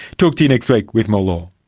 talk to you next week with more law